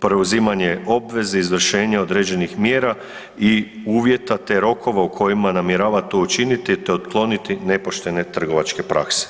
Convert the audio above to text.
preuzimanje obveze izvršenja određenih mjera i uvjeta te rokova u kojima namjerava to učiniti te otkloniti nepoštene trgovačke prakse.